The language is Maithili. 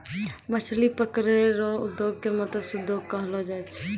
मछली पकड़ै रो उद्योग के मतस्य उद्योग कहलो जाय छै